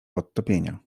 podtopienia